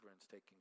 taking